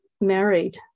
married